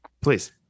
please